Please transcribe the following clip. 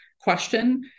question